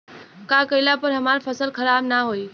का कइला पर हमार फसल खराब ना होयी?